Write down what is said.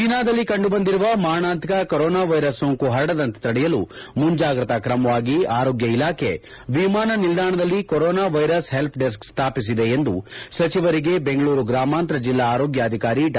ಚೀನಾದಲ್ಲಿ ಕಂಡುಬಂದಿರುವ ಮಾರಣಾಂತಿಕ ಕರೋನಾ ವೈರಸ್ ಸೋಂಕು ಪರಡದಂತೆ ತಡೆಯಲು ಮುಂಜಾಗ್ರತಾ ಕ್ರಮವಾಗಿ ಆರೋಗ್ಯ ಇಲಾಖೆ ವಿಮಾನ ನಿಲ್ದಾಣದಲ್ಲಿ ಕರೋನಾ ವೈರಸ್ ಹೆಲ್ಪ್ಡೆಸ್ಕ್ ಸ್ವಾಪಿಸಿದೆ ಎಂದು ಸಚಿವರಿಗೆ ಬೆಂಗಳೂರು ಗ್ರಾಮಾಂತರ ಜೆಲ್ಲಾ ಆರೋಗ್ಲಾಧಿಕಾರಿ ಡಾ